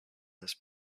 this